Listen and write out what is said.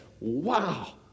wow